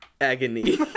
agony